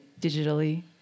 digitally